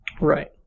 right